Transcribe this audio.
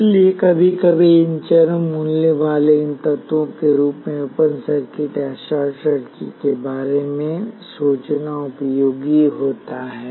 इसलिए कभी कभी इन चरम मूल्यों वाले इन तत्वों के रूप में ओपन सर्किट या शॉर्ट सर्किट के बारे में सोचना उपयोगी होता है